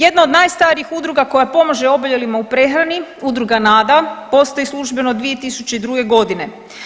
Jedna od najstarijih udruga koja pomaže oboljelima u prehrani Udruga Nada postoji službeno od 2002. godine.